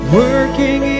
working